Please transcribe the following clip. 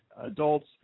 adults